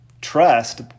trust